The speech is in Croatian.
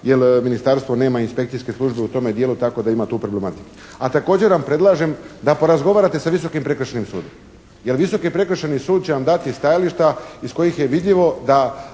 jer ministarstvo nema inspekcijske službe u tome dijelu tako da ima tu problematike. A također vam predlažem da porazgovarate sa Visokim prekršajnim sudom, jer Visoki prekršajni sud će vam dati stajališta iz kojih je vidljivo da